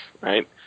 right